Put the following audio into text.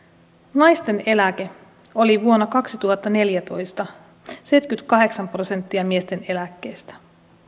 naisten eläke vuonna kaksituhattaneljätoista oli seitsemänkymmentäkahdeksan prosenttia miesten eläkkeestä